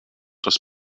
das